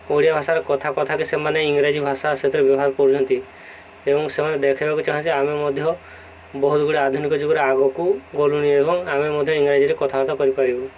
ଓଡ଼ିଆ ଭାଷାର କଥା କଥାକେ ସେମାନେ ଇଂରାଜୀ ଭାଷା ସେଥିରେ ବ୍ୟବହାର କରୁଛନ୍ତି ଏବଂ ସେମାନେ ଦେଖେଇବାକୁ ଚାହାନ୍ତି ଯେ ଆମେ ମଧ୍ୟ ବହୁତ ଗୁଡ଼ିଏ ଆଧୁନିକ ଯୁଗରେ ଆଗକୁ ଗଲୁଣି ଏବଂ ଆମେ ମଧ୍ୟ ଇଂରାଜୀରେ କଥାବାର୍ତ୍ତା କରିପାରିବୁ